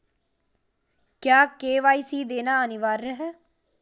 क्या के.वाई.सी देना अनिवार्य है?